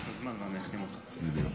הישיבה, אני מתכבדת להודיעכם,